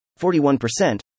41%